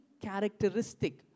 characteristic